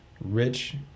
Rich